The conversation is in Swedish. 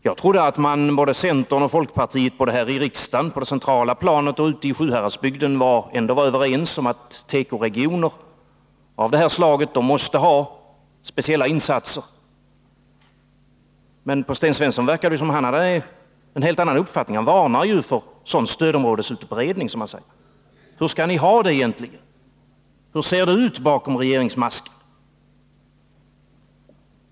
Jag trodde att centern och folkpartiet både här i riksdagen, på det centrala planet, och ute i Sjuhäradsbygden ändå var överens om att tekoregioner av det här slaget måste ha speciella insatser. Men på Sten Svensson verkar det som om han hade en helt annan uppfattning. Han varnar ju för sådan stödområdesutbredning, som han säger. Hur skall ni ha det egentligen? Hur ser det ut bakom regeringsmasken?